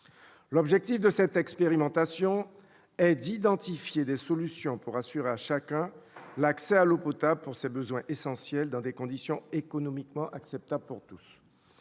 L'objectif de cette expérimentation est d'identifier des solutions pour assurer à chacun l'accès à l'eau potable pour ses besoins essentiels, dans des conditions économiquement acceptables pour tous.